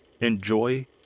enjoy